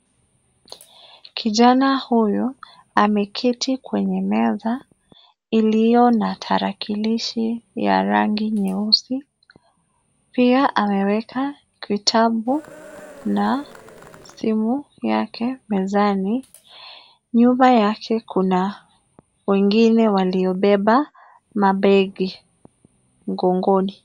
Kijana huyu ameketi kwenye meza iliyo na tarakilishi ya rangi nyeusi. Pia ameweka vitabu na simu yake mezani. Nyuma yake kuna wengine waliobeba mabegi mgongoni.